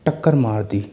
टक्कर मार दी